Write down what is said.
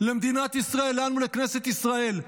במדינת ישראל, לנו, לכנסת ישראל: